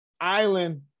island